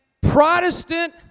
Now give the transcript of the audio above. Protestant